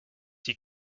die